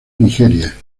nigeria